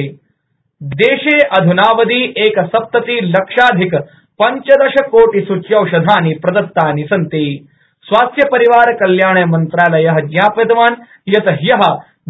सूच्यौषधम् देशे अध्नावधि एकसप्ततिलक्षाधिकपञ्चदशकोटिसूच्यौषधानि प्रदतानि स्वास्थ्य परिवार कल्याण मंत्रालयः ज्ञापितवान् यत् ह्यः